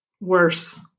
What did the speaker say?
worse